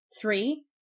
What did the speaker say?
Three